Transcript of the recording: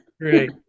great